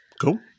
Cool